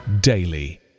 daily